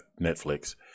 Netflix